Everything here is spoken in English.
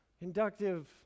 Inductive